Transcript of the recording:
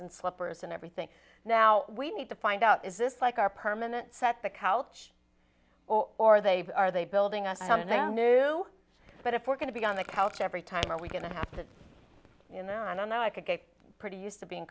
and slippers and everything now we need to find out is this like our permanent set the couch or they are they building i mean i knew but if we're going to be on the couch every time are we going to happen you know i don't know i could get pretty used to being